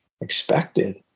expected